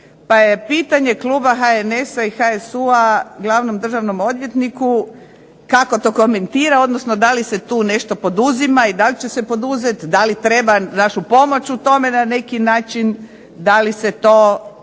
pa je pitanje kluba HNS-a i HSU-a glavnom državnom odvjetniku kako to komentira, odnosno da li se tu nešto poduzima i da li će se poduzeti, da li treba našu pomoć u tome na neki način, da li se to